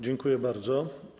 Dziękuję bardzo.